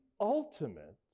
ultimate